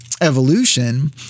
evolution